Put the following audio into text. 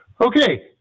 Okay